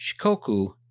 Shikoku